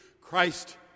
Christ